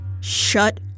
shut